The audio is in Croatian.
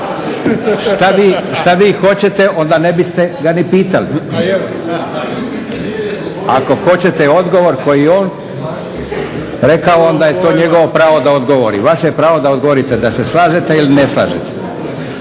Što vi hoćete onda ne biste ga ni pitali. Ako hoćete odgovor koji je on rekao onda je to njegovo pravo da odgovori, vaše je pravo da odgovorite da se slažete ili ne slažete.